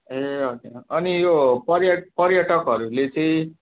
ए हजुर अनि यो पर्य पर्यटकहरूले चाहिँ